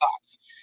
thoughts